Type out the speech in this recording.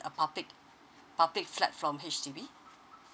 a public public flat from H_D_B